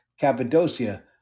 Cappadocia